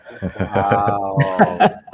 wow